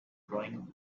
drawing